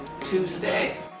Tuesday